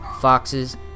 foxes